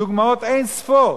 דוגמאות אין-ספור.